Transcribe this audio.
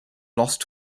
lost